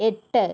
എട്ട്